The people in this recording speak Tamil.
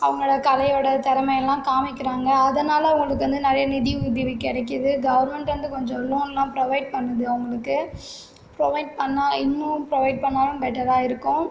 அவங்களோடய கலையோடய திறமை எல்லாம் காமிக்கிறாங்க அதனால் அவங்களுக்கு வந்து நிறைய நிதி உதவி கிடைக்குது கவர்மெண்ட் வந்து கொஞ்சம் லோன்லாம் ப்ரோவைட் பண்ணுது அவங்களுக்கு ப்ரோவைட் பண்ணால் இன்னும் ப்ரோவைட் பண்ணாலும் பெட்டராக இருக்கும்